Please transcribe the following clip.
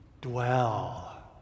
dwell